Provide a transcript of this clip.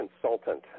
consultant